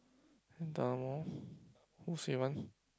who say one